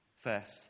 First